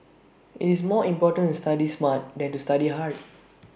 IT is more important to study smart than to study hard